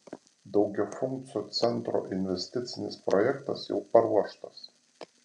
daugiafunkcio centro investicinis projektas jau paruoštas